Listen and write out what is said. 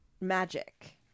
magic